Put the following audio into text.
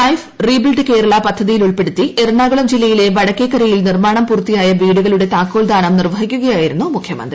life rebuild Kerala പദ്ധതിയിൽ ഉൾപ്പെടുത്തി എറണാകുളം ജില്ലയിലെ വടക്കേക്കരയിൽ നിർമാണം പൂർത്തിയായ വീടുകളുടെ താക്കോൽദാനം നിർവഹിക്കുകയായിരുന്നു മുഖ്യമന്ത്രി